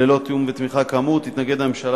ללא תיאום ותמיכה כאמור תתנגד הממשלה